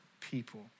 people